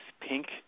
pink